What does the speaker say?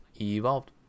Evolved